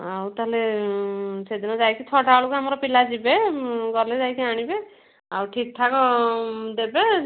ଆଉ ତାହେଲେ ସେ ଦିନ ଯାଇକି ଛଅଟାବେଳକୁ ଆମର ପିଲା ଯିବେ ଗଲେ ଯାଇକି ଆଣିବେ ଆଉ ଠିକ୍ଠାକ୍ ଦେବେ